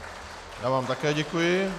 Já vám také děkuji.